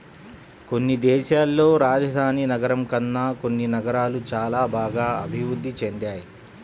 కొన్ని దేశాల్లో రాజధాని నగరం కన్నా కొన్ని నగరాలు చానా బాగా అభిరుద్ధి చెందాయి